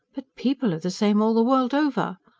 but people are the same all the world over!